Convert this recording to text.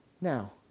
Now